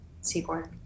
seaboard